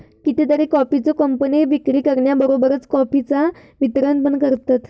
कितीतरी कॉफीचे कंपने विक्री करण्याबरोबरच कॉफीचा वितरण पण करतत